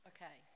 Okay